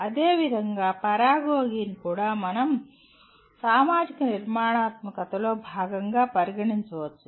అదేవిధంగా పరాగోగి ను కూడా సామాజిక నిర్మాణాత్మకతలో భాగంగా పరిగణించవచ్చు